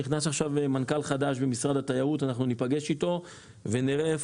נכנס עכשיו מנכ"ל חדש במשרד התיירות ואנחנו ניפגש איתו ונראה איפה